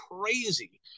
crazy